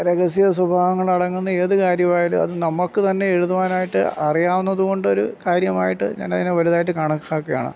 രഹസ്യ സ്വഭാവങ്ങളടങ്ങുന്ന ഏത് കാര്യമായാലും അത് നമുക്ക് തന്നെ എഴുതുവാനായിട്ട് അറിയാവുന്നതുകൊണ്ട് ഒരു കാര്യമായിട്ട് ഞാൻ അതിനെ വലുതായിട്ട് കണക്കാക്കുവാണ്